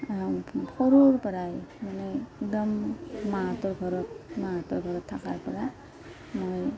সৰুৰ পৰাই মানে একদম মাহঁতৰ ঘৰত মাহঁতৰ ঘৰত থকাৰ পৰা মই